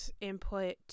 input